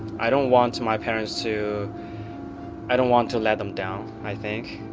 i don't want to my parents to i don't want to let them down, i think.